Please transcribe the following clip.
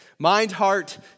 Mind-heart